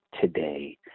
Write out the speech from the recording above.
today